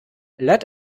let